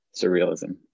surrealism